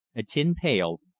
a tin pail,